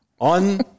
on